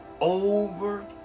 Over